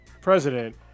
president